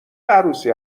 عروسی